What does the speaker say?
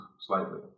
slightly